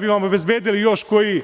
bi vam obezbedili još koju